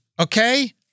okay